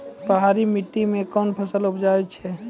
पहाड़ी मिट्टी मैं कौन फसल उपजाऊ छ?